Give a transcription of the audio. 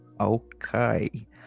Okay